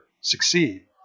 succeed